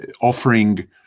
offering